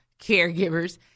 caregivers